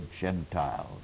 Gentiles